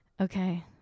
okay